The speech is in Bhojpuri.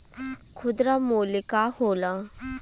खुदरा मूल्य का होला?